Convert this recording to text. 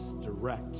direct